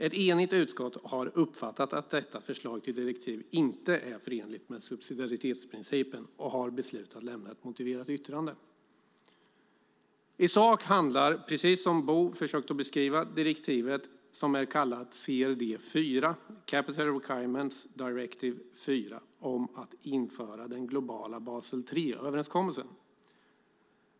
Ett enigt utskott har uppfattat att detta förslag till direktiv inte är förenligt med subsidiaritetsprincipen och har beslutat att lämna ett motiverat yttrande. I sak handlar direktivet, som kallas CRD 4, Capital Requirements Directive 4, om att införa den globala Basel III-överenskommelsen, precis som Bo försökte beskriva.